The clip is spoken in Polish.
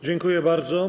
Dziękuję bardzo.